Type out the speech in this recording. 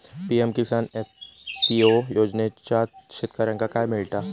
PM Kisan FPO योजनाच्यात शेतकऱ्यांका काय मिळता?